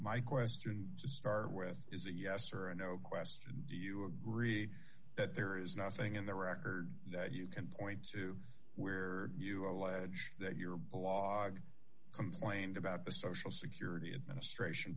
my question to start with is a yes or a no question do you agree that there is nothing in the record that you can point to where you allege that your blog complained about the social security